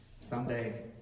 Someday